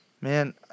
Man